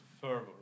fervor